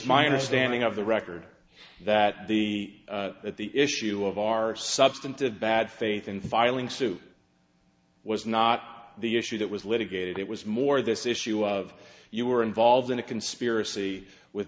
my understanding of the record that the that the issue of our substantive bad faith in filing suit was not the issue that was litigated it was more this issue of you were involved in a conspiracy with